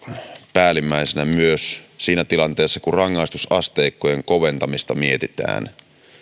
päällimmäisenä myös siinä tilanteessa kun rangaistusasteikkojen koventamista mietitään